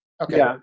okay